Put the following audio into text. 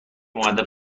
مودب